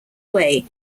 way